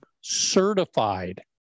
certified